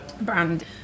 brand